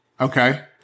Okay